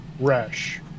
rash